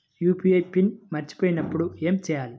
UPI PIN మరచిపోయినప్పుడు ఏమి చేయాలి?